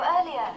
earlier